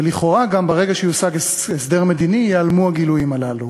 ולכאורה גם ברגע שיושג הסדר מדיני ייעלמו הגילויים הללו.